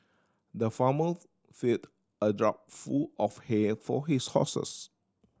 the farmer filled a trough full of hay for his horses